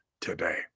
today